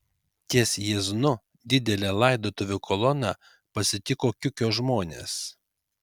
ties jieznu didelę laidotuvių koloną pasitiko kiukio žmonės